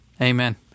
Amen